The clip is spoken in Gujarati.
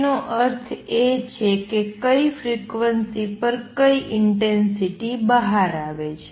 તેનો અર્થ એ છે કે કઈ ફ્રીક્વન્સી પર કઈ ઇંટેંસિટી બહાર આવે છે